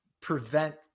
prevent